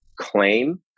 claim